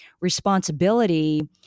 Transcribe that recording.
responsibility